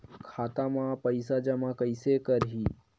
खाता म पईसा जमा कइसे करही?